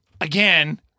again